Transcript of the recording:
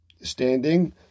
standing